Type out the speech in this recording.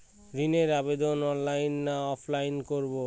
ঋণের আবেদন অনলাইন না অফলাইনে করব?